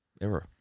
error